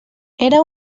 era